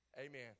Amen